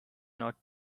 not